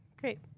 Great